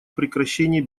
прекращении